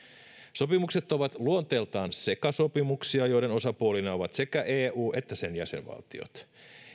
sopimukset ovat luonteeltaan sekasopimuksia joiden osapuolina ovat sekä eu että sen jäsenvaltiot